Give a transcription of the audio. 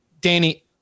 Danny